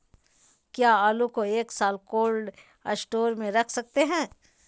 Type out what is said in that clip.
क्या आलू को एक साल कोल्ड स्टोरेज में रख सकते हैं?